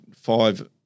five